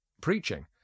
preaching